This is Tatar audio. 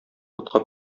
ботка